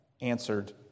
answered